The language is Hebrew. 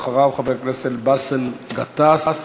אחריו, חבר הכנסת באסל גטאס.